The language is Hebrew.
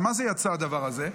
על מה זה יצא, הדבר הזה?